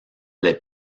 les